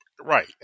Right